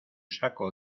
saco